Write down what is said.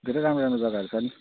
धेरै राम्रो राम्रो जग्गाहरू छ नि